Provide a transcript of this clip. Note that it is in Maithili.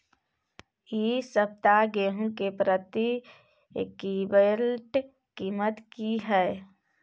इ सप्ताह गेहूं के प्रति क्विंटल कीमत की हय?